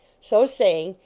so saying,